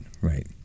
Right